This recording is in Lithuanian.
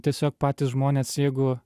tiesiog patys žmonės jeigu